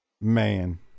Man